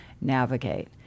navigate